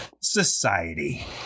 Society